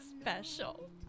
special